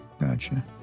Gotcha